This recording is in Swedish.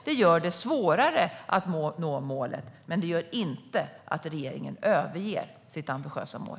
Det gör det svårare att nå målet, men det innebär inte att regeringen överger sitt ambitiösa mål.